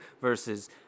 versus